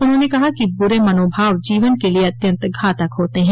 उन्होंने कहा कि बुरे मनोभाव जीवन के लिए अत्यन्त घातक होते हैं